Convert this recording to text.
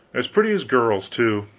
as pretty as girls, too.